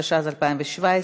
התשע"ז 2017,